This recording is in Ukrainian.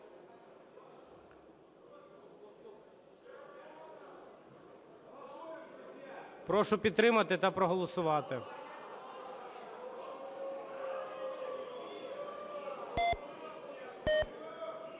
Прошу підтримати та проголосувати.